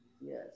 Yes